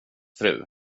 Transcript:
fru